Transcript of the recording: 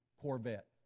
Corvette